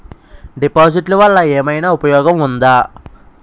డిపాజిట్లు వల్ల ఏమైనా ఉపయోగం ఉందా?